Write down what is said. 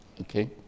okay